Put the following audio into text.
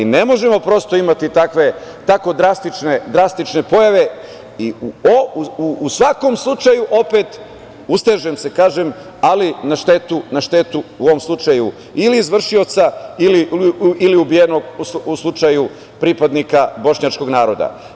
Ne možemo prosto imati tako drastične pojave i u svakom slučaju opet, ustežem se, kažem, ali na štetu, u ovom slučaju, ili izvršioca ili ubijenog u slučaju pripadnika bošnjačkog naroda.